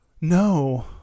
No